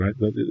right